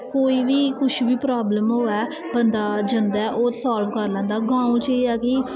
कोई बी कुछ बी प्रावलम होऐ बंदा जंदा ऐ और सालव करी लैंदा और गांव च एह् ऐ कि